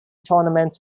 tournaments